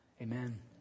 Amen